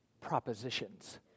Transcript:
propositions